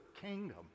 kingdom